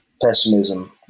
pessimism